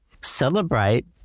celebrate